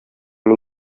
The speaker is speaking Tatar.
мин